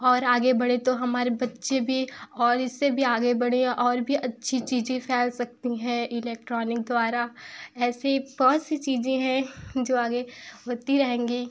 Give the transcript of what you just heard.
और आगे बढ़ें तो हमारे बच्चे भी और इससे भी आगे बढ़ें और भी अच्छी चीज़ें फैल सकती हैं इलेक्ट्रॉनिक द्वारा ऐसी बहुत सी चीज़ें हैं जो आगे होती आएँगी